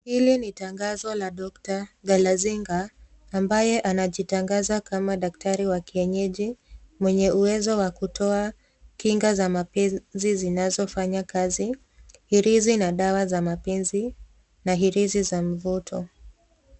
Hili ni tangazo la doctor Galazinga ambaye anajitangaza kama daktari wa kienjeji mwenye uwezo wa kutoa kinga za mapenzi zinazofanya kazi, hirizi na dawa za mapenzi na hirizi za mvuto.